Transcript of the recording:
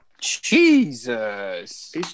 Jesus